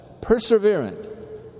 perseverant